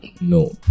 no